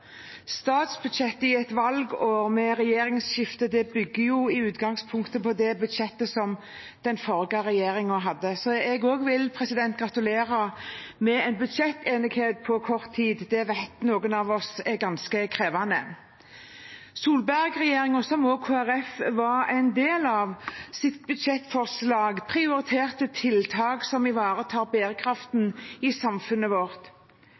Statsbudsjettet i et valgår med regjeringsskifte bygger jo i utgangspunktet på det budsjettet som den forrige regjeringen hadde, så jeg vil også gratulere med en budsjettenighet på kort tid. Det vet noen av oss er ganske krevende. Budsjettforslaget til Solberg-regjeringen, som også Kristelig Folkeparti var en del av, prioriterte tiltak som ivaretar bærekraften i samfunnet vårt.